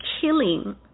killing